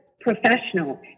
professional